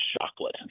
chocolate